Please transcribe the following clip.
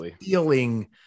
feeling